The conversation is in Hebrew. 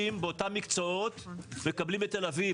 באותם מקצועות מקבלים בתל אביב.